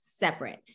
separate